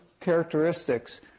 characteristics